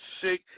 sick